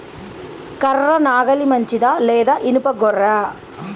కర్ర నాగలి మంచిదా లేదా? ఇనుప గొర్ర?